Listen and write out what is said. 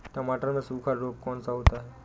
टमाटर में सूखा रोग कौन सा होता है?